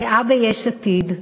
גאה ביש עתיד,